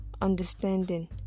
understanding